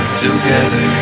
together